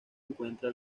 encuentra